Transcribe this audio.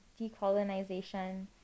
decolonization